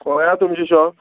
खंय तुमची शॉप